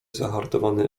zahartowany